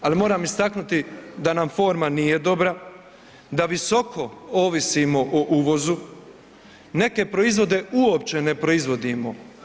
Ali moram istaknuti da nam forma nije dobra, da visoko ovisimo o uvozu, neke proizvode uopće ne proizvodimo.